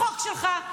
החוק שלך,